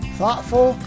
thoughtful